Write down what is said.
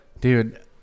dude